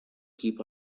keep